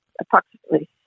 approximately